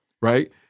right